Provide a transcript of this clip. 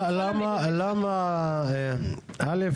א',